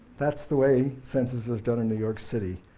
that's the way censuses are done in new york city,